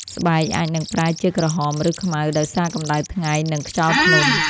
ស្បែកអាចនឹងប្រែជាក្រហម ឬខ្មៅដោយសារកម្ដៅថ្ងៃ និងខ្យល់ភ្នំ។